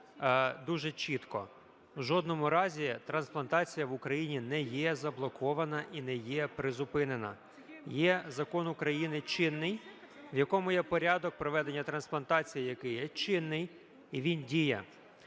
дуже чітко: в жодному разі трансплантація в Україні не є заблокована і не є призупинена. Є закон України чинний, в якому є порядок проведення трансплантації, який є чинний і він діє.